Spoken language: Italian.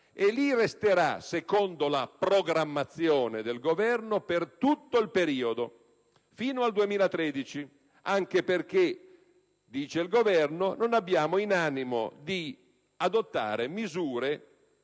e lì resterà, secondo la programmazione del Governo, per tutto il periodo fino al 2013, anche perché - dice il Governo - non abbiamo in animo di adottare misure